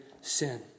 sin